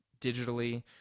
digitally